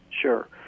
Sure